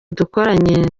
dukoranye